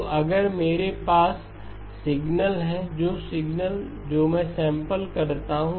तो अगर मेरे पास सिग्नल है कुछ सिग्नल जो मैं सैंपल करता हूं